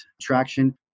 traction